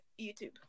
YouTube